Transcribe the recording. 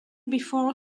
before